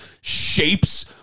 shapes